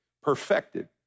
perfected